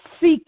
seek